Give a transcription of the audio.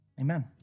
amen